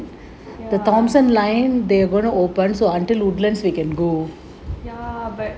ya ya but